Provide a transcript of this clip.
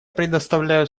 предоставляю